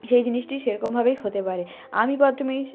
সেই জিনিসটি সেরকমভাবেই হতে পারে আমি প্রথমে